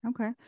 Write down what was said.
Okay